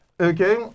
Okay